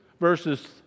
verses